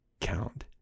count